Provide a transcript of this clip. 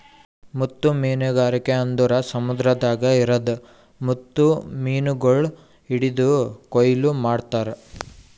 ಮುತ್ತು ಮೀನಗಾರಿಕೆ ಅಂದುರ್ ಸಮುದ್ರದಾಗ್ ಇರದ್ ಮುತ್ತು ಮೀನಗೊಳ್ ಹಿಡಿದು ಕೊಯ್ಲು ಮಾಡ್ತಾರ್